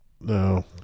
No